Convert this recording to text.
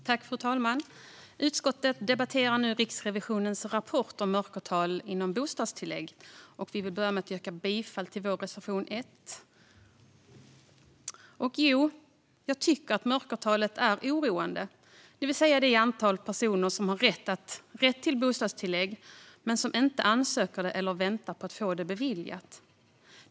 Fru talman! Utskottet debatterar nu Riksrevisionens rapport om mörkertal inom bostadstillägg. Jag vill börja med att yrka bifall till vår reservation 1. Jag tycker att mörkertalet är oroande, det vill säga det antal personer som har rätt till bostadstillägg men som inte ansöker eller som väntar på att få det beviljat.